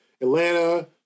Atlanta